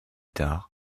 tard